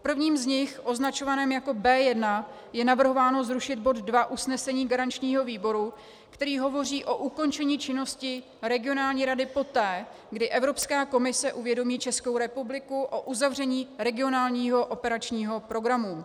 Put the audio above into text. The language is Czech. V prvním z nich, označovaném jako B1, je navrhováno zrušit bod 2 usnesení garančního výboru, který hovoří o ukončení činnosti regionální rady poté, kdy Evropská komise uvědomí Českou republiku o uzavření regionálního operačního programu.